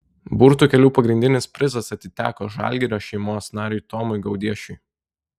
burtų keliu pagrindinis prizas atiteko žalgirio šeimos nariui tomui gaudiešiui